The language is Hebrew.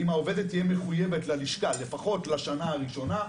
אם העובדת תהיה מחויבת ללשכה לפחות לשנה הראשונה,